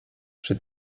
przy